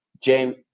James